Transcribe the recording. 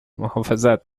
محافظت